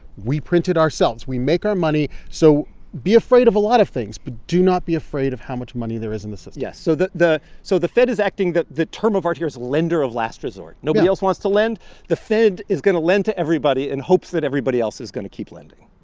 we print it ourselves. we make our money, so be afraid of a lot of things, but do not be afraid of how much money there is in the system yes. so the the so the fed is acting the the term of art here is lender of last resort. nobody else wants to lend, the fed is going to lend to everybody in hopes that everybody else is going to keep lending.